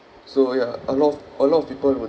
so ya a lot of a lot of people would